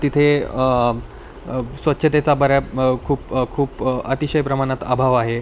तिथे स्वच्छतेचा बऱ्या खूप खूप अतिशय प्रमाणात अभाव आहे